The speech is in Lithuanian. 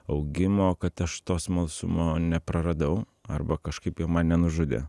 augimo kad aš to smalsumo nepraradau arba kažkaip jo man nenužudė